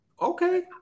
Okay